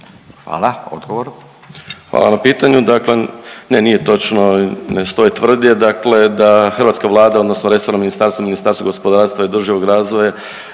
**Majdak, Tugomir** Hvala na pitanju. Dakle, ne nije točno i ne stoji tvrdnja dakle da hrvatska Vlada odnosno resorno ministarstvo, Ministarstvo gospodarstva i održivog razvoja